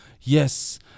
yes